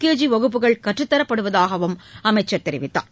கேசி வகுப்புகள் கற்றுத்தரப்படுவதாக அமைச்சர் தெரிவித்தார்